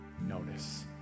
notice